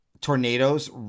tornadoes